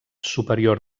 superior